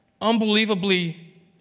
unbelievably